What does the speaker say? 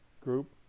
group